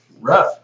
Rough